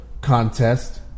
contest